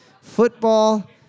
football